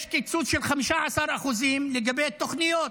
יש קיצוץ של 15% לגבי תוכניות,